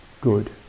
good